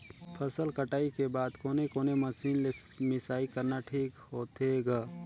फसल कटाई के बाद कोने कोने मशीन ले मिसाई करना ठीक होथे ग?